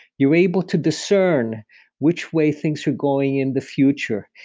you're able to discern which way things are going in the future.